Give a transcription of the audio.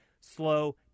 slow